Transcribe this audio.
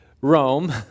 Rome